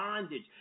bondage